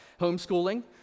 homeschooling